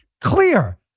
clear